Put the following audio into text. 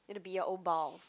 gonna be your own boss